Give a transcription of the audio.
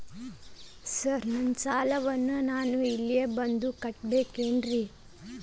Sir ನನ್ನ ಸಾಲವನ್ನು ನಾನು ಇಲ್ಲೇ ಬಂದು ಕಟ್ಟಬೇಕೇನ್ರಿ?